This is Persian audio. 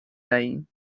دهیم